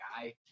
guy